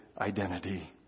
identity